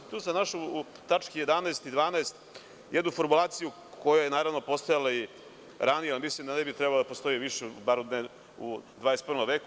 Tu sam našao u tački 11. i 12. jednu formulaciju koja je, naravno, postojala i ranije, a mislim da ne bi trebalo da postoji više, bar ne u 21. veku.